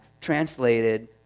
translated